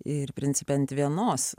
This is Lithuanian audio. ir principe ant vienos